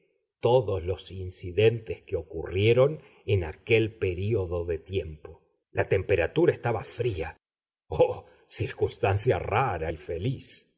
todos los incidentes que ocurrieron en aquel período de tiempo la temperatura estaba fría oh circunstancia rara y feliz